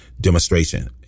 demonstration